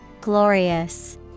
GLORIOUS